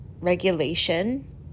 regulation